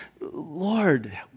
Lord